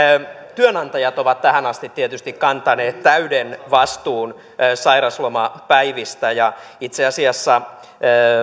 työnantajat ovat tähän asti tietysti kantaneet täyden vastuun sairauslomapäivistä itse asiassa